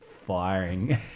firing